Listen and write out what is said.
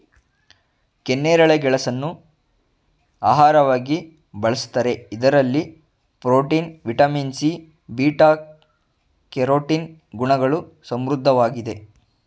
ಕೆನ್ನೇರಳೆ ಗೆಣಸನ್ನು ಆಹಾರವಾಗಿ ಬಳ್ಸತ್ತರೆ ಇದರಲ್ಲಿ protein, vitamin C, beta carotene ಗುಣಗಳು ಸಮೃದ್ಧವಾಗಿದೆ